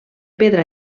pedra